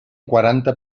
quaranta